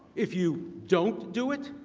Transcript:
if you don't do it,